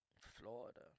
Florida